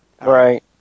Right